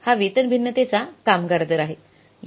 हा वेतन भिन्नतेचा कामगार दर आहे